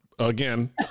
Again